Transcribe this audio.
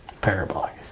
parabolic